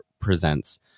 presents